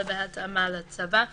אבל בהתאמה לצבא.